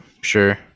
Sure